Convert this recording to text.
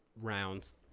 rounds